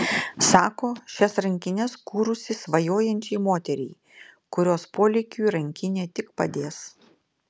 sako šias rankines kūrusi svajojančiai moteriai kurios polėkiui rankinė tik padės